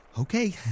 Okay